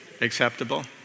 acceptable